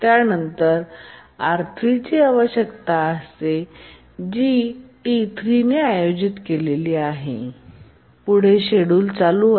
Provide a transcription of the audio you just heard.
त्यानंतर R3ची आवश्यकता असते जी T3 ने आयोजित केली आहे आणि पुढे चालू आहे